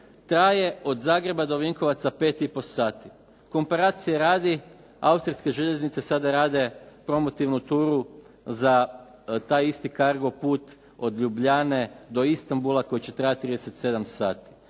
traje od Zagreba do Vinkovaca 5,5 sati. Komparacije radi, austrijske željeznice sada rade promotivnu turu za taj isti cargo put od Ljubljane do Istanbula koji će trajati 37 sati.